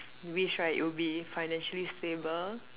wish right it'll be financially stable